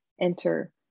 enter